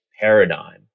paradigm